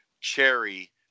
cherry